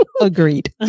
Agreed